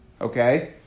Okay